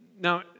Now